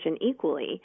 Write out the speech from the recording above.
equally